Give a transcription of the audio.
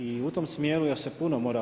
I u tom smjeru još se puno mora.